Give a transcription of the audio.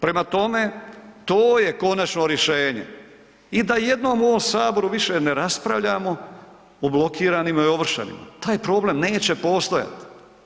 Prema tome, to je konačno rješenje i da jednom u ovom Saboru više ne raspravljamo o blokiranima i ovršenima, taj problem neće postojati.